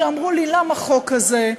שאמרו לי: למה החוק הזה?